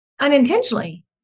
unintentionally